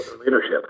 Leadership